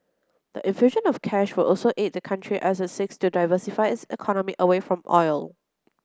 the infusion of cash also would aid the country as it seeks to diversify its economy away from oil